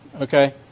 Okay